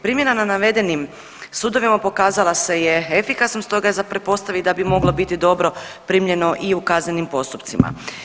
Primjena na navedenim sudovima pokazala se je efikasnom, stoga je za pretpostavit da bi mogla biti dobro primljeno i u kaznenim postupcima.